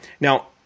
Now